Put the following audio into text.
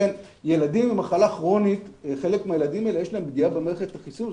לחלק מהילדים עם מחלה כרונית יש פגיעה במערכת החיסון.